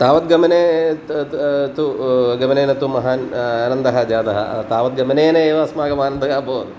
तावद्गमने तु गमनेन तु महान् आनन्दः जातः तावत् गमनेन एव अस्माकम् आनन्दः अभवत्